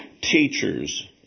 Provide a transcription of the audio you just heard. teachers